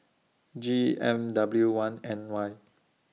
G M W one N Y